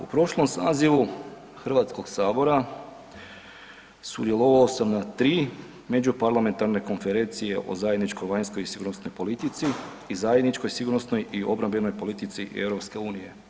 U prošlom sazivu HS-a sudjelovao sam na tri Međuparlamentarne konferencije o zajedničkoj vanjskoj i sigurnosnoj politici i zajedničkoj sigurnosnoj i obrambenoj politici EU.